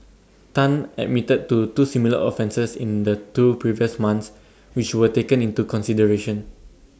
Tan admitted to two similar offences in the two previous months which were taken into consideration